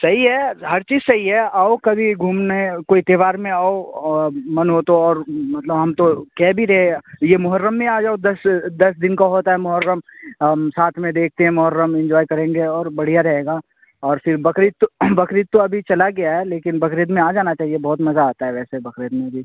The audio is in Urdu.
صحیح ہے ہر چیز صحیح ہے آؤ کبھی گھومنے کوئی تہوار میں آؤ من ہو تو اور مطلب ہم تو کہہ بھی رہے یہ محرم میں آ جاؤ دس دس دن کا ہوتا ہے محرم ہم ساتھ میں دیکھتے ہیں محرم انجوائے کریں گے اور بڑھیا رہے گا اور پھر بقرعید تو بقرعید تو ابھی چلا گیا ہے لیکن بقرعید میں آ جانا چاہیے بہت مزہ آتا ہے ویسے بقرعید میں بھی